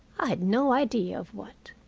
i had no idea of what.